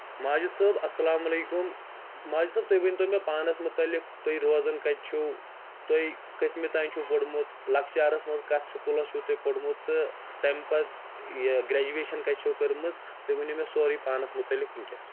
ماجد صٲب اسلام علیکم ماجد صٲب تُہۍ ؤنۍ تو مےٚ پانس مُتلِق تُہۍ روزان کَتہِ چھُو تُہۍ کٔژمہِ تانۍ چھُو پوٚرمُت لۄکچارس منٛز کَتھ سکوٗلس چھُو تۄہہِ پوٚرمُت تہٕ تمہِ پتہٕ یہِ گریجویشن کَتہِ چھو کٔرمٕژ تُہۍ ؤنیو مےٚ سورُے پانس مُتعلِق ؤنٛکیٚس